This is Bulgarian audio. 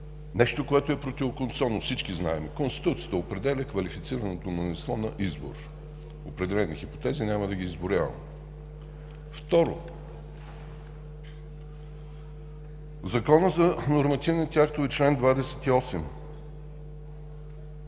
нещо, което е противоконституционно. Всички знаем, Конституцията определя квалифицираното мнозинство на избор – определени хипотези, няма да ги изброявам. Второ, Законът за нормативните актове в чл. 28